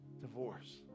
divorce